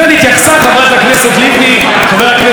לסוגיית רצועת עזה.